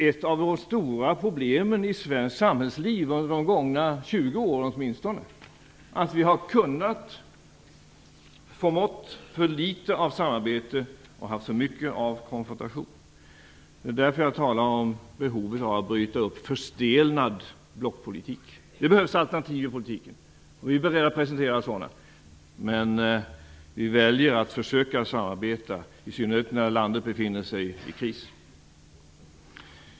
Ett av de stora problemen i svenskt samhällsliv under åtminstone de gångna 20 åren är att vi har förmått för litet av samarbete och haft för mycket av konfrontation. Det är därför som jag talar om behovet av att bryta upp förstelnad blockpolitik. Det behövs alternativ i politiken, och vi är beredda att precisera sådana, men vi väljer att försöka samarbeta, i synnerhet när landet befinner sig i kris.